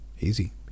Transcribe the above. Easy